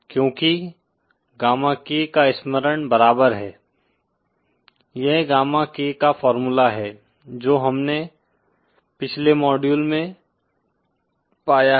क्योंकि gamma K का स्मरण बराबर है यह गामा K का फार्मूला है जो हमने पिछले मॉड्यूल में पाया है